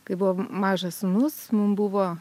kai buvo mažas sūnus mum buvo